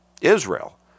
Israel